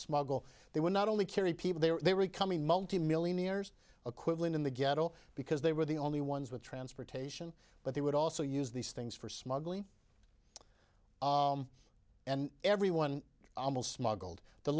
smuggle they would not only carry people there they were becoming multi millionaires equivalent in the ghetto because they were the only ones with transportation but they would also use these things for smuggling and every one almost smuggled the